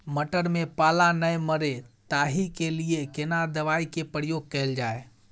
मटर में पाला नैय मरे ताहि के लिए केना दवाई के प्रयोग कैल जाए?